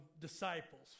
disciples